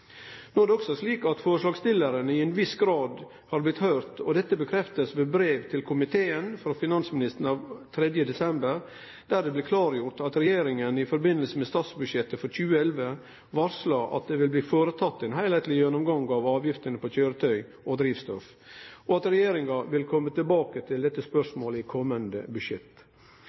No er det også slik at forslagsstillarane til ein viss grad har blitt høyrde, og dette blir bekrefta ved brev til komiteen frå finansministeren av 3. desember 2010, der det blir gjort klart at regjeringa i samband med statsbudsjettet for 2011 varslar at det vil bli føreteke ein heilskapleg gjennomgang av avgiftene på køyretøy og drivstoff, og at regjeringa vil kome tilbake til dette spørsmålet i komande budsjett.